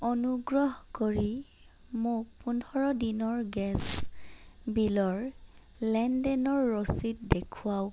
অনুগ্ৰহ কৰি মোক পোন্ধৰ দিনৰ গেছ বিলৰ লেনদেনৰ ৰচিদ দেখুৱাওক